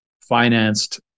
financed